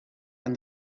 and